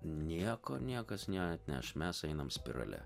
nieko niekas neatneš mes einam spirale